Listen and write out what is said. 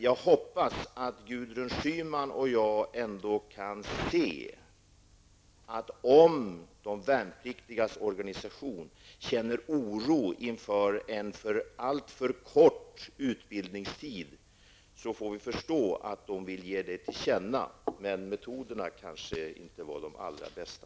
Jag hoppas att Gudrun Schyman och jag ändå kan säga att om de värnpliktigas organisation hyser oro inför en alltför kort utbildningstid, måste vi förstå att de värnpliktigas organisation vill ge detta till känna, men metoderna kanske inte var de allra bästa.